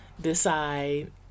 decide